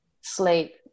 sleep